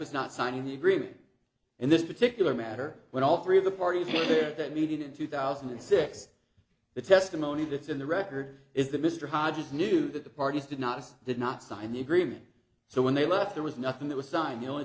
was not signing the agreement in this particular matter when all three of the party scene there at that meeting in two thousand and six the testimony that's in the record is that mr hodges knew that the parties did not did not sign the agreement so when they left there was nothing that was signed the only